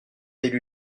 d’élu